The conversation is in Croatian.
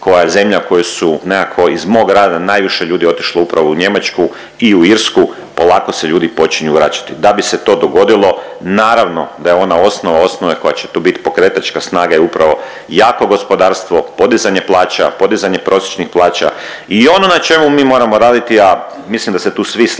koja je zemlja u koju su nekako iz mog grada najviše ljudi je otišlo upravo u Njemačku i u Irsku, polako se ljudi počinju vraćati. Da bi se to dogodilo naravno da je ona osnova osnove koja će tu bit pokretačka snaga je upravo jako gospodarstvo, podizanje plaća, podizanje prosječnih plaća i ono na čemu mi moramo raditi, a mislim da se tu svi slažemo